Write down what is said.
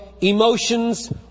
emotions